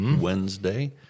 Wednesday